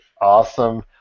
awesome